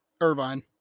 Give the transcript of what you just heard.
Irvine